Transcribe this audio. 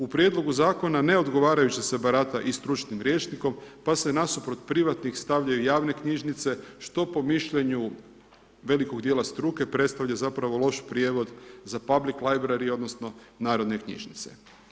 U prijedlogu zakona neodgovarajuće se barata i stručnim rječnikom pa se nasuprot privatnih stavljaju i javne knjižnice što po mišljenju velikog dijela struke predstavlja zapravo loš prijevod za public library odnosno narodne knjižnice.